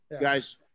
Guys